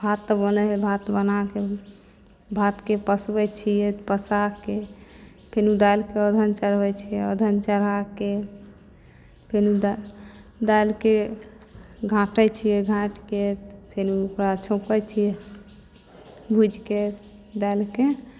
भात तऽ बनै है भात बनाके भातके पसबै छियै पसाके फेनु दालिके अधन चढ़बै छियै अधन चढ़ाके फेनु दालिके घाँटै छियै घाँटिके फेनु ओकरा छौंकै छियै भुजिके दालिके